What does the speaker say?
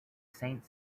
saint